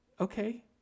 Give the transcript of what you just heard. Okay